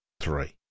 three